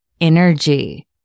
energy